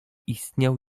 istniał